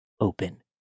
open